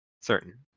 certain